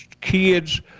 kids